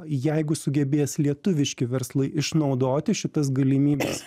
jeigu sugebės lietuviški verslai išnaudoti šitas galimybes